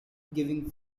giving